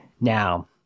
Now